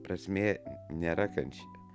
prasmė nėra kančia